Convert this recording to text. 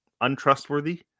untrustworthy